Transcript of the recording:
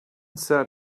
said